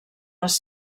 les